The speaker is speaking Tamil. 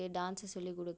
டான்ஸை சொல்லிக் கொடுக்க